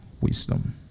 wisdom